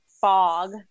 fog